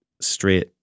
straight